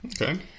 okay